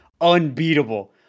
unbeatable